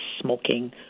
smoking